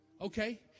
Okay